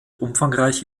umfangreich